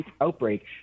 outbreak